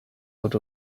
out